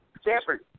Stanford